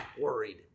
worried